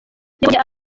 yabonye